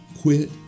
quit